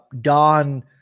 Don